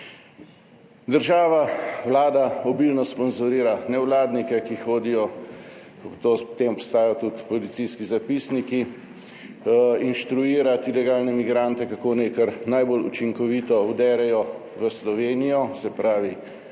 Država, Vlada obilno sponzorira nevladnike, ki hodijo, o tem obstajajo tudi policijski zapisniki, inštruirat ilegalne migrante, kako naj kar najbolj učinkovito vdrejo v Slovenijo, se pravi